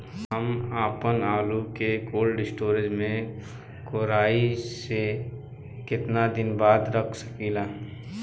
हम आपनआलू के कोल्ड स्टोरेज में कोराई के केतना दिन बाद रख साकिले?